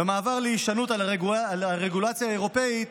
ומעבר להישענות על הרגולציה האירופית,